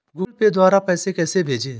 Google Pay द्वारा पैसे कैसे भेजें?